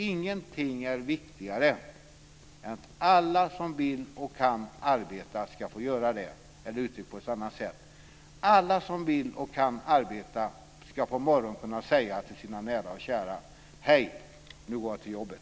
Ingenting är viktigare än att alla som vill och kan arbeta ska få göra det. Uttryckt på ett annat sätt: Alla som vill och kan arbeta ska på morgonen kunna säga till sina nära och kära: "Hej! Nu går jag till jobbet."